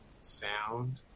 sound